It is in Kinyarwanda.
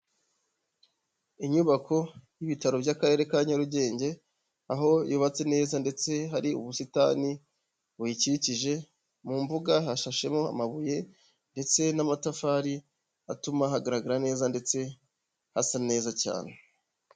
Inyubako y'Ibitaro by'akarere ka Nyarugenge, aho yubatse neza ndetse hari ubusitani buyikikije, mu mbuga hashashemo amabuye ndetse n'amatafari, atuma ahagaragara neza ndetse hasa neza cyane.